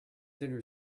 dinner